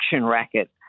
racket